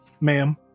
Ma'am